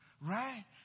Right